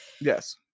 yes